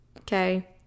okay